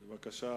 בבקשה,